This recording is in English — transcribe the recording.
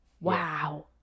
wow